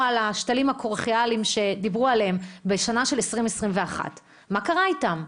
או על השתלים הכוכליאריים שדיברו עליהם בשנה של 2021. מה קרה איתם?